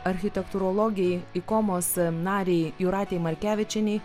architektūrologei ikomos narei jūratei markevičienei